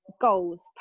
goals